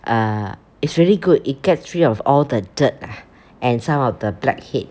err it's really good it gets rid of all the dirt and some of the blackhead